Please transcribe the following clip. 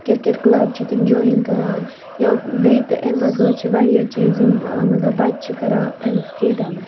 cricket club چھِ تِم جۄیِن کَران یا بیٚیہِ تہِ اَمہِ بغٲر چھِ واریاہ چیز یِم بَچہِ چھِ کَران پَننِس فری ٹایمَس